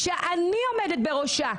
שאני עומדת בראשה.